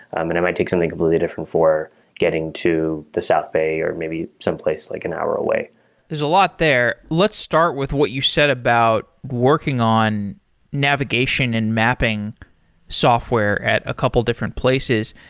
and i might take something completely different for getting to the south bay, or maybe some places like an hour away there's a lot there. let's start with what you said about working on navigation and mapping software at a couple different places.